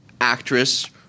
actress